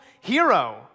hero